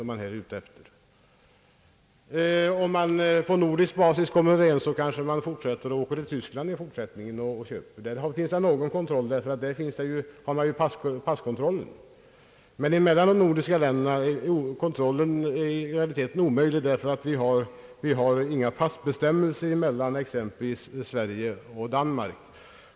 Och skulle man komma överens på nordisk basis om en skatt på utlandsresor, kommer turisterna kanske i fortsättningen att åka till Tyskland och köpa sina resor där. I det fallet har vi ju passkontrollen, men mellan de nordiska länderna är kontrollen i realiteten omöjlig eftersom vi inte har några passbestämmelser mellan exempelvis Sverige och Danmark.